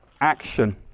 action